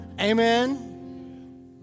Amen